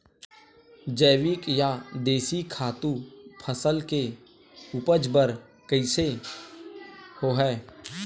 जैविक या देशी खातु फसल के उपज बर कइसे होहय?